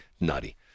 Nutty